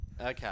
Okay